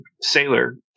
Sailor